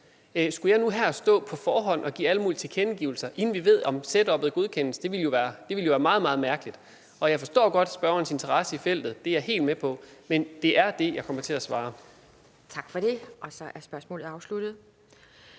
Skulle jeg nu her på forhånd stå og give alle mulige tilkendegivelser, inden vi ved, om setuppet godkendes? Det ville jo være meget, meget mærkeligt. Jeg forstår godt spørgerens interesse i feltet, det er jeg helt med på, men det er det, jeg kommer til at svare. Kl. 14:03 Formanden